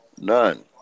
None